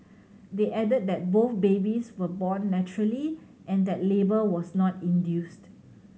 they added that both babies were born naturally and that labour was not induced